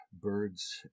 birds